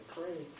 pray